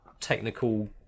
technical